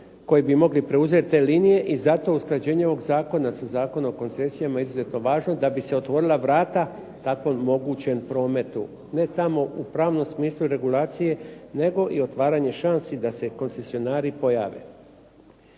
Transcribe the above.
koji bi mogli preuzet linije i zato usklađenje ovog zakona sa Zakonom o koncesijama je izuzetno važno da bi se otvorila vrata tako mogućem prometu, ne samo u pravnom smislu regulacije, nego i otvaranje šansi da se koncesionari pojave.